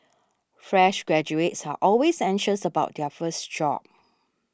fresh graduates are always anxious about their first job